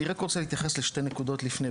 אני רק רוצה להתייחס לשתי נקודות לפני,